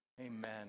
Amen